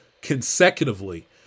consecutively